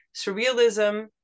surrealism